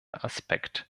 aspekt